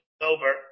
over